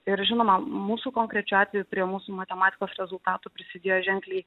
ir žinoma mūsų konkrečiu atveju prie mūsų matematikos rezultatų prisidėjo ženkliai